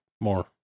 more